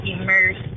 immersed